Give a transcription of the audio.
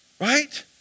Right